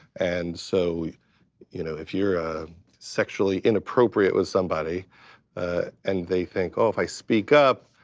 and so you know, if you're sexually inappropriate with somebody and they think, oh, if i speak up,